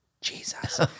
Jesus